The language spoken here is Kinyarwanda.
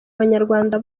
abanyarwanda